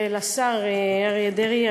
ולשר אריה דרעי.